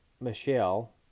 Michelle